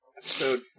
Episode